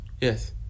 Yes